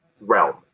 realm